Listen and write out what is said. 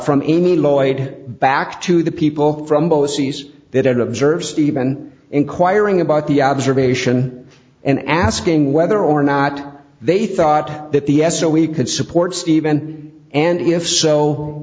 from any lloyd back to the people from both c's the observes stephen inquiring about the observation and asking whether or not they thought that the s so we could support stephen and if so